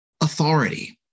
authority